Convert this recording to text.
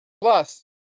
plus